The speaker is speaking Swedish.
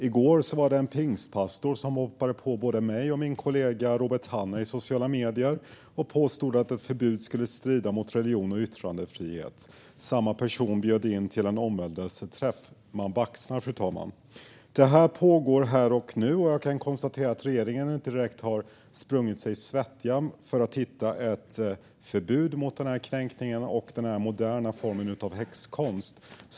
I går hoppade en pingstpastor på både mig och min kollega Robert Hannah i sociala medier och påstod att ett förbud skulle strida mot religion och yttrandefrihet. Samma person bjöd in till en omvändelseträff. Man baxnar, fru talman. Detta pågår här och nu. Jag kan konstatera att regeringen inte direkt sprungit sig svettig för att hitta ett förbud mot den här kränkningen och denna moderna form av häxkonst.